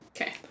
Okay